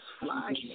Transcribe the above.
fly